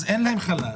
אז אין להם חל"ת,